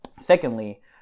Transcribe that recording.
Secondly